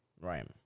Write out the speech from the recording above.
Right